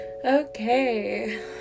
okay